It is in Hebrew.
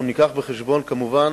אנחנו ניקח בחשבון, כמובן,